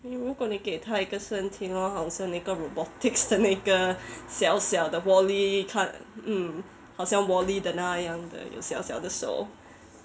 mm 如果你给它一个身体 lor 好像那个 robotics 的那个小小的 wall-e 看 mm 好像 wall-e 的那样的有小小的手